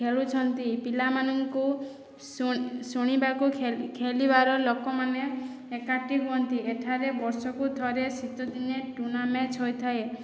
ଖେଳୁଛନ୍ତି ପିଲାମାନଙ୍କୁ ଶୁଣିବାକୁ ଖେଲିବାର ଲୋକମାନେ ଏକାଠି ହୁଅନ୍ତି ଏଠାରେ ବର୍ଷକୁ ଥରେ ଶୀତଦିନେ ଟୁର୍ନାମେଣ୍ଟ୍ ହୋଇଥାଏ